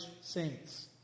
saints